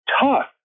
Tough